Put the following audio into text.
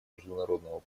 международного